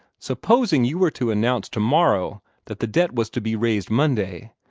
supposing you were to announce tomorrow that the debt was to be raised monday.